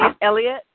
elliot